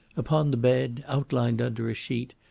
upon the bed, outlined under a sheet,